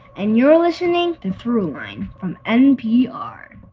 and you're listening to throughline from npr